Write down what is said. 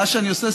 מה שאתה עושה,